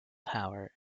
tower